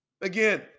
Again